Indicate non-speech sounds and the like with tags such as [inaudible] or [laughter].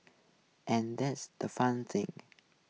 and this the fun thing [noise]